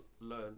learn